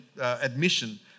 admission